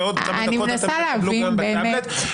ועוד כמה דקות תקבלו גם בטבלט.